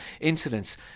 incidents